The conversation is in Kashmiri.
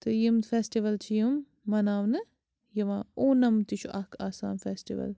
تہٕ یِم فیٚسٹِول چھِ یِم مَناونہٕ یِوان اونَم تہِ چھُ اَکھ آسان فیٚسٹِول